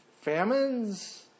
famines